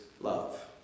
love